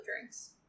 drinks